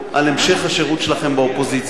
על המשך השירות שלכם באופוזיציה.